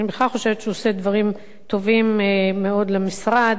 אני בכלל חושבת שהוא עושה דברים טובים מאוד למשרד.